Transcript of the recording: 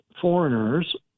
foreigners